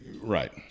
right